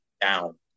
down